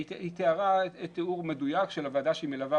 היא תיארה תיאור מדויק של הוועדה שהיא מלווה